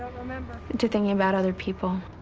um to thinking about other people.